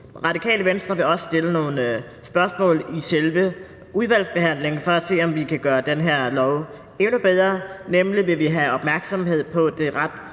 Radikale Venstre vil også stille nogle spørgsmål i selve udvalgsbehandlingen for at se, om vi kan gøre den her lov endnu bedre, nemlig i forhold til at vi vil have opmærksomhed på det ret